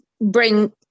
bring